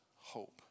hope